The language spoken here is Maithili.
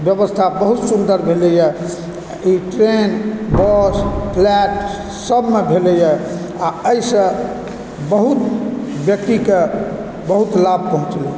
व्यवस्था बहुत सुन्दर भेलैए ई ट्रेन बस फ्लाइट सबमे भेलैए आ एहिसँ बहुत व्यक्तिकेँ बहुत लाभ पहुँचलै